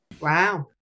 Wow